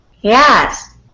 Yes